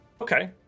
okay